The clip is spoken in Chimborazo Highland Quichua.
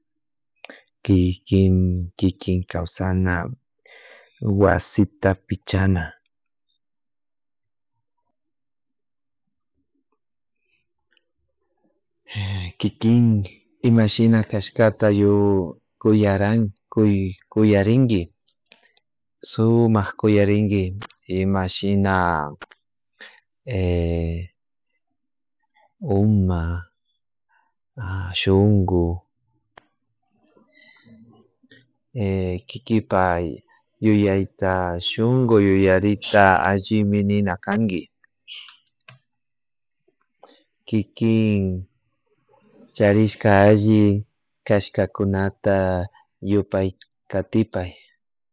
Kikin kinkan kawsana wasita pichana kikin imashina kashkata kuyarana kuyarinki sumak kuyarinki ima shina uma, shunku, kinkapay yuyayta shunku yuyarita allimi nina kanki kikin charishka alli chaskakakunata yupay katipay